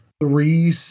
Three